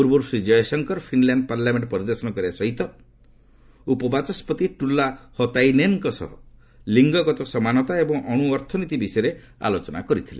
ପୂର୍ବରୁ Shri Jaishankar Finland parliament ପରିଦର୍ଶନ କରିବା ସହିତ ଉପବାଚସ୍ତତ ଟୁର୍ଲା ହାତାଇନେନ୍ଙ୍କ ସହ ଲିଙ୍ଗଗତ ସମାନତା ଏବଂ ଅଣୁ ଅର୍ଥନୀତି ବିଷୟରେ ଆଲୋଚନା କରିଥିଲେ